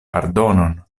pardonon